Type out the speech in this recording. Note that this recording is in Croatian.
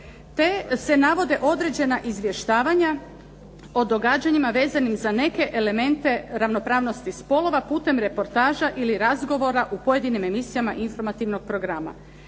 Te se navode određena izvještavanja o događanjima vezanim za neke elemente ravnopravnosti spolova putem reportaža ili razgovora u pojedinim emisijama informativnog programa.